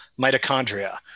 mitochondria